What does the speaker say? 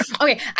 okay